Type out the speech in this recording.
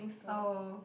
oh